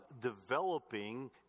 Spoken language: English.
developing